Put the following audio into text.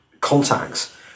contacts